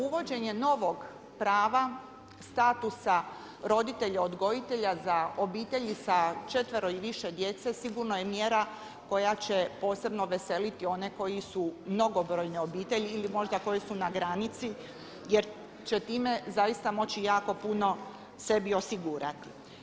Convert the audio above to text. Uvođenje novog prava statusa roditelja odgojitelja za obitelji sa 4 i više djece sigurno je mjera koja će posebno veseliti one koji su mnogobrojne obitelji ili možda koji su na granici jer će time zaista moći jako puno sebi osigurati.